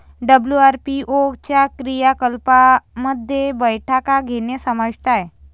WIPO च्या क्रियाकलापांमध्ये बैठका घेणे समाविष्ट आहे